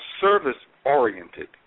service-oriented